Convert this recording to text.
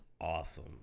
awesome